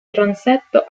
transetto